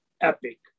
epic